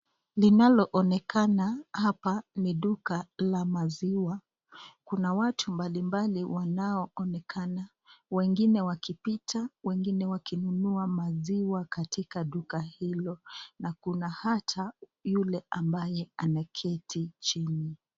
Linalo onekana hapa ni duka la maziwa. Kuna watu mbali mbali wanao onekana, wengine wakipita, wengine wakinunua maziwa katika duka hilo. Na kuna hata yule ambaye ameketi chini